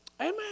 Amen